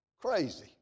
Crazy